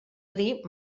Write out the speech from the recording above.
dir